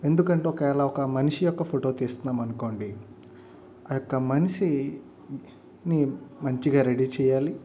ఎందుకంటే ఒక వేల ఒక మనిషి యొక్క ఫోటో తీస్తున్నాం అనుకోండి ఆ యొక్క మనిషిని మంచిగా రెడీ చేయాలి